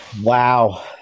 wow